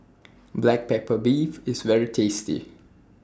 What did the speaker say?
Black Pepper Beef IS very tasty